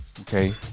Okay